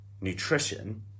nutrition